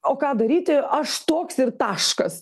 o ką daryti aš toks ir taškas